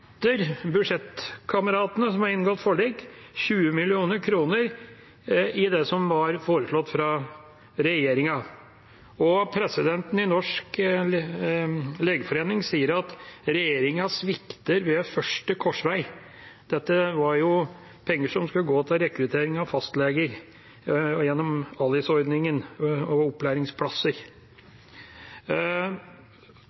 budsjettkameratene, som har inngått forlik, 20 mill. kr i det som var foreslått fra regjeringen. Og presidenten i Den norske legeforening sier at regjeringen svikter ved første korsvei. Dette var jo penger som skulle gå til rekruttering av fastleger gjennom ALIS-ordningen og opplæringsplasser.